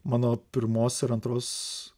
mano pirmos ir antros